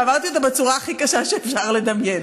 ועברתי אותה בצורה הכי קשה שאפשר לדמיין.